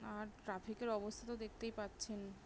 আর ট্রাফিকের অবস্থা তো দেখতেই পাচ্ছেন